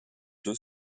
deux